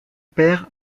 père